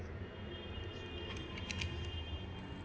and